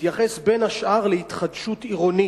שתתייחס בין השאר להתחדשות עירונית,